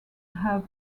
have